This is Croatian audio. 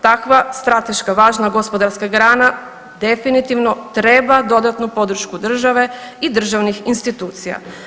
Takva strateška važna gospodarska grana definitivno treba dodatnu podršku države i državnih institucija.